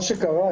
מה שקרה,